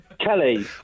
Kelly